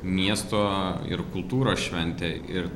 miesto ir kultūros šventė ir